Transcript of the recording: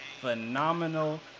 phenomenal